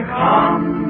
come